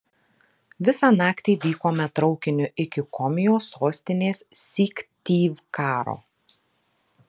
visą naktį vykome traukiniu iki komijos sostinės syktyvkaro